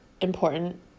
important